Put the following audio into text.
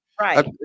right